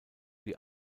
wie